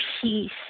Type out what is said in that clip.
peace